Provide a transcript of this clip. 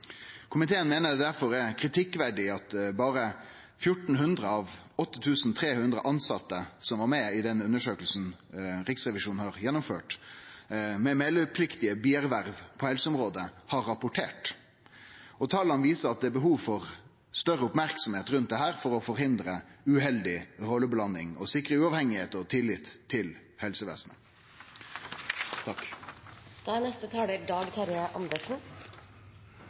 Komiteen meiner difor det er kritikkverdig at berre 1 400 av 8 300 tilsette som var med i undersøkinga Riksrevisjonen har gjennomført om meldepliktige bierverv på helseområdet, har rapportert. Tala viser at det er behov for større merksemd rundt dette, for å hindre uheldig rolleblanding og sikre uavhengigheit og tillit til helsevesenet.